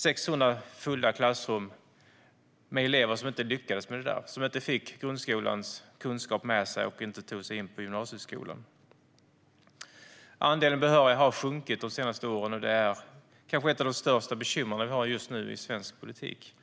600 klassrum fyllda med elever som inte lyckades med att få grundskolans kunskaper med sig tog sig inte in på gymnasieskolan. Andelen behöriga har sjunkit de senaste åren, och det är kanske ett av de största bekymmer vi har just nu i svensk politik.